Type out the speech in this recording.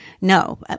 No